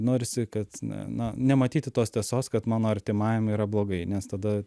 norisi kad na na nematyti tos tiesos kad mano artimajam yra blogai nes tada